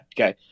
okay